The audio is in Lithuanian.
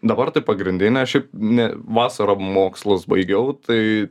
dabar tai pagrindinė šiaip ne vasarą mokslus baigiau tai